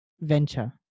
venture